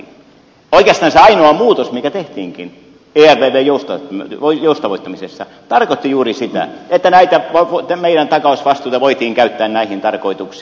oikeastaan se ainoa muutos mikä tehtiinkin ervvn joustavoittamisessa tarkoitti juuri sitä että näitä meidän takausvastuitamme voitiin käyttää näihin tarkoituksiin